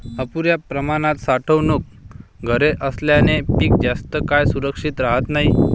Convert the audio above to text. अपुर्या प्रमाणात साठवणूक घरे असल्याने पीक जास्त काळ सुरक्षित राहत नाही